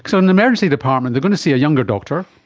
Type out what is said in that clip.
so in an emergency department they are going to see a younger doctor,